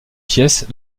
pièces